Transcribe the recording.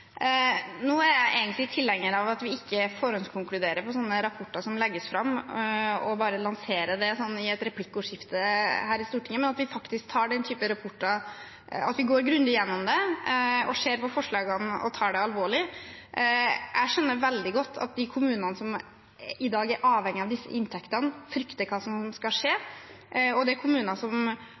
Nå er jeg egentlig tilhenger av at vi ikke forhåndskonkluderer på rapporter som legges fram, og bare lanserer det i et replikkordskifte her i Stortinget, men at vi faktisk går grundig igjennom den typen rapporter, ser på forslagene og tar det alvorlig. Jeg skjønner veldig godt at de kommunene som i dag er avhengig av disse inntektene, frykter hva som skal skje. Det er kommuner som